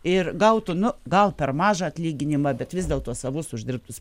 ir gautų na gal per mažą atlyginimą bet vis dėlto savus uždirbtus